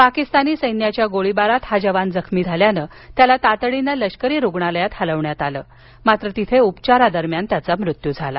पाकिस्तानी सैन्याच्या गोळीबारात हा जवान जखमी झाल्यानं त्याला तातडीनं लष्करी रुग्णालयात हलविण्यात आलं मात्र तिथे उपचारादरम्यान त्याचा मृत्यू झाला